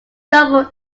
double